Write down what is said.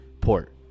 port